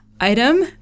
item